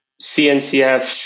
CNCF